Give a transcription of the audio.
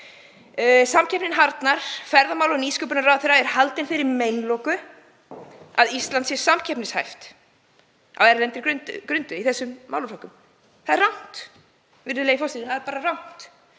Samkeppnin harðnar. Ferðamála- og nýsköpunarráðherra er haldinn þeirri meinloku að Ísland sé samkeppnishæft á erlendri grundu í þessum málaflokki. Það er rangt, virðulegi forseti. Það er bara rangt.